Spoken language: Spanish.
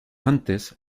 antes